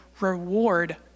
reward